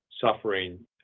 suffering